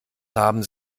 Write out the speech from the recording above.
haben